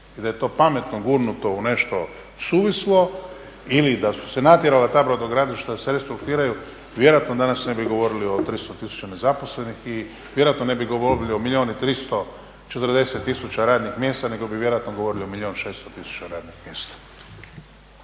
i da je to pametno gurnuto u nešto suvislo ili da su se natjerala ta brodogradilišta da se restrukturiraju, vjerojatno danas ne bi govorilo o 300 tisuća nezaposlenih i vjerojatno ne bi govorili o milijun i 340 tisuća radnih mjesta, nego bi vjerojatno govorilo o milijun i 600 tisuća radnih mjesta.